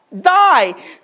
die